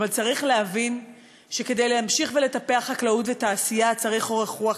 אבל צריך להבין שכדי להמשיך ולטפח חקלאות ותעשייה צריך אורך רוח,